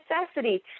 necessity